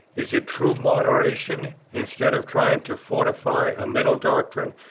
is it true moderation, instead of trying to fortify a middle doctrine,